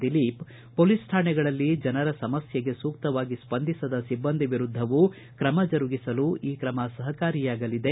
Dilip police ಕಾಣೆಗಳಲ್ಲಿ ಜನರ ಸಮಸ್ಥೆಗೆ ಸೂಕ್ತವಾಗಿ ಸ್ವಂದಿಸದ ಸಿಬ್ಬಂದಿ ವಿರುದ್ಧವೂ ಕ್ರಮ ಜರುಗಿಸಲು ಈ ಕ್ರಮ ಸಹಕಾರಿಯಾಗಲಿದೆ